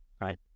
right